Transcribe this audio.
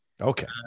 Okay